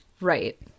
Right